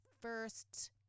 first